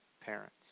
parents